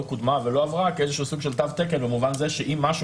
קודמה ולא עברה כאיזשהו סוג של תו תקן במובן זה שאם משהו